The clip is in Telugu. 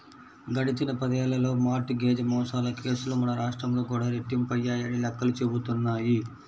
గడిచిన పదేళ్ళలో మార్ట్ గేజ్ మోసాల కేసులు మన రాష్ట్రంలో కూడా రెట్టింపయ్యాయని లెక్కలు చెబుతున్నాయి